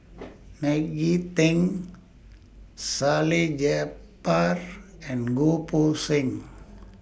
Maggie Teng Salleh Japar and Goh Poh Seng